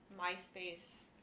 MySpace